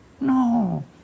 No